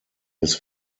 his